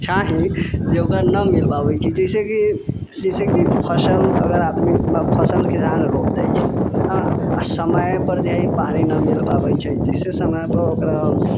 चाही जे ओकरा न मिल पाबै छै जैसेकी फसल अगर आदमी फसल किसान रोप दै छै आ समय पर जे है पानि न मिल पाबै छै जाहिसे समय पर ओकरा